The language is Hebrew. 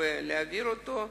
הרבה להעביר את החוק הזה,